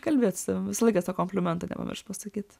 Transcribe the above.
kalbėt su savim visą laiką sau komplimentą nepamiršt pasakyt